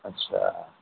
अच्छा